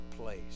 place